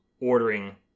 ordering